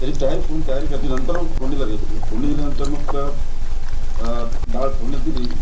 त्याची तयारी पूर्ण तयारी करायची नंतर मग फोडणीला द्यायची मग फोडणी दिल्यानंतर मग त्या डाळ फोडण्यास दिली